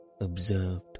observed